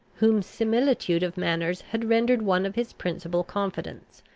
whom similitude of manners had rendered one of his principal confidents,